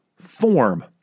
form